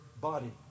body